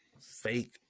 fake